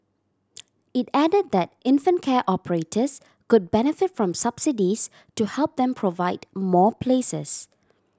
it added that infant care operators could benefit from subsidies to help them provide more places